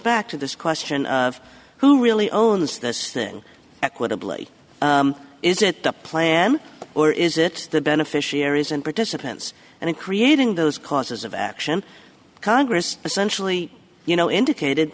back to this question of who really owns this thing at quibbling is it the plan or is it the beneficiaries and participants and in creating those causes of action congress essentially you know indicated